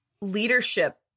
leadership